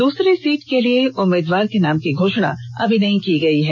दुसरी सीट के लिए उम्मीदवादर के नाम की घोषणा अभी नहीं की गई है